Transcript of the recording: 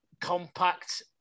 compact